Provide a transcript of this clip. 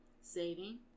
saving